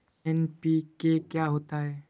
NPK क्या होता है?